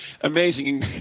amazing